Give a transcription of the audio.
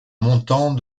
montant